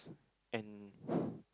and